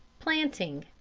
planting.